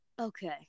okay